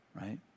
Right